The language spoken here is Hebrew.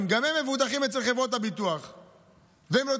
גם הן מבוטחות אצל חברות הביטוח,